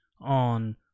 on